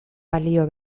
balio